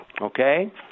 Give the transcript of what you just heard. Okay